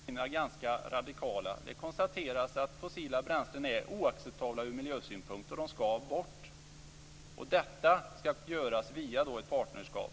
Fru talman! Nu är ju utskottets skrivningar ganska radikala. Det konstateras att fossila bränslen är oacceptabla ur miljösynpunkt och att de skall bort. Detta skall göras via ett partnerskap.